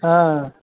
हँ